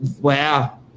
wow